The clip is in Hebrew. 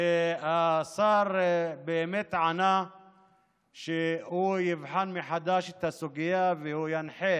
השר באמת ענה שהוא יבחן מחדש את הסוגיה ושהוא ינחה